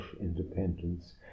independence